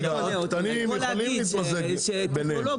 הקטנים יכולים להתמזג ביניהם,